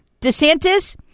DeSantis